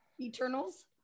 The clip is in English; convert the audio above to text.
eternals